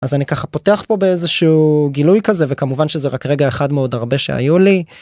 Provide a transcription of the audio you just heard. אז אני ככה פותח פה באיזשהו גילוי כזה וכמובן שזה רק רגע אחד מעוד הרבה שהיו לי.